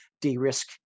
de-risk